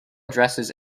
addresses